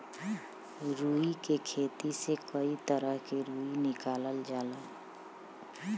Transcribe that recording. रुई के खेती से कई तरह क रुई निकालल जाला